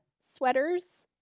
sweaters